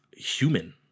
Human